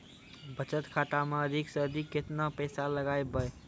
बचत खाता मे अधिक से अधिक केतना पैसा लगाय ब?